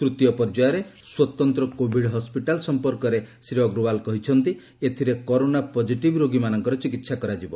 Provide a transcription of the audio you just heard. ତୂତୀୟ ପର୍ଯ୍ୟାୟରେ ସ୍ୱତନ୍ତ୍ର କୋଭିଡ୍ ହସ୍କିଟାଲ ସଫପର୍କରେ ଶ୍ରୀ ଅଗ୍ରୱାଲ କହିଛନ୍ତି ଏଥିରେ କରୋନା ପ୍ରଜିଟିଭ୍ ରୋଗୀମାନଙ୍କର ଚିକିତ୍ସା କରାଯିବ